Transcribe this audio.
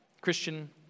Christian